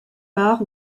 part